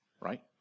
right